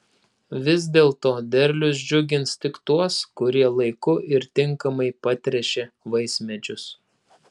vis dėlto derlius džiugins tik tuos kurie laiku ir tinkamai patręšė vaismedžius